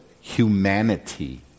humanity